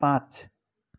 पाँच